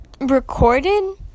recorded